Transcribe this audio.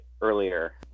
earlier